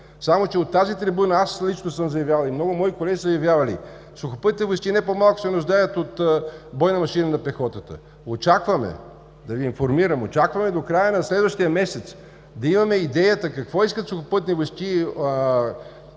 Само че от тази трибуна аз лично съм заявявал, и много мои колеги са заявявали – Сухопътните войски не по-малко се нуждаят от бойна машина на пехотата. Очакваме до края на следващия месец да имаме идеята какво искат Сухопътни войски,